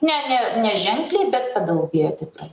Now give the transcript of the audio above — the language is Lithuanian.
ne ne neženkliai bet padaugėjo tikrai